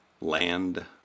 land